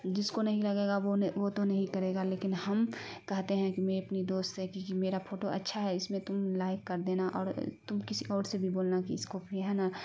جس کو نہیں لگے گا وہ وہ تو نہیں کرے گا لیکن ہم کہتے ہیں کہ میں اپنی دوست سے کیونکہ میرا پھوٹو اچھا ہے اس میں تم لائک کر دینا اور تم کسی اور سے بھی بولنا کہ اس کو بھی ہے نا